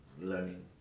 learning